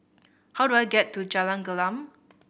how do I get to Jalan Gelam